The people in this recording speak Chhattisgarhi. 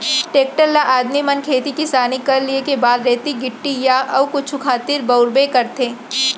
टेक्टर ल आदमी मन खेती किसानी कर लिये के बाद रेती गिट्टी या अउ कुछु खातिर बउरबे करथे